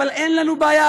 אבל אין לנו בעיה.